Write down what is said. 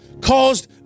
caused